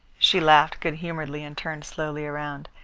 she laughed good-humouredly and turned slowly around.